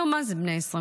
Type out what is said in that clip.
היום מה זה בני 21?